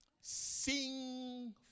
Sing